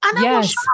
Yes